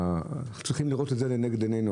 אנחנו צריכים לראות את זה לנגד עינינו.